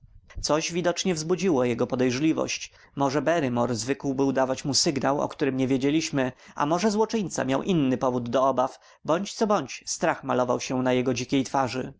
coś widocznie wzbudziło jego podejrzliwość może barrymore zwykł był dawać mu sygnał o którym nie wiedzieliśmy a może złoczyńca miał inny powód do obawy bądź co bądź strach malował się na jego dzikiej twarzy